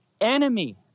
enemy